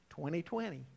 2020